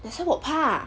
that's why 我怕